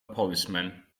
policeman